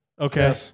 Okay